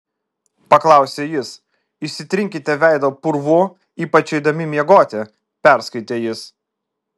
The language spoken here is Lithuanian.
paklausė jis išsitrinkite veidą purvu ypač eidami miegoti perskaitė jis